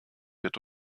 wird